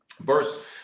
verse